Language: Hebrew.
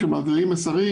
שמעבירים מסרים